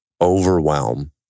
overwhelm